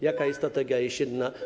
Jaka jest strategia jesienna?